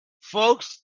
folks